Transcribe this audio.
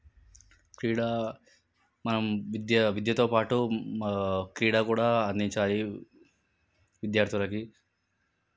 క్రీడ మనం విద్య విద్యతో పాటు క్రీడ కూడా అందించాలి విద్యార్థులకి